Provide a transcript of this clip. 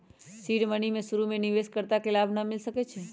seed money में शुरु में निवेश कर्ता के लाभ न मिलै छइ